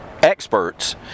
Experts